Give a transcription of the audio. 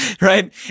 Right